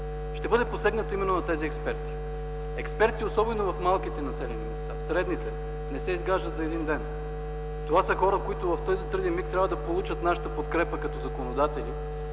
ще се посегне именно на тези експерти – експертите, особено в малките, в средните населени места, а те не се изграждат за един ден. Това са хора, които в този труден миг трябва да получат нашата подкрепа като законодатели,